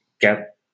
get